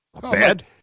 bad